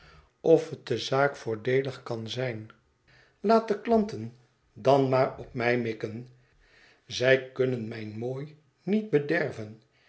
of het de zaak voordeelig kan zijn laat de klanten dan maar op mij mikken zij kunnen mijn mooi niet bederven